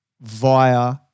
via